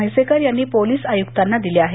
म्हैसेकर यांनी पोलीस आयुक्तांना दिल्या आहेत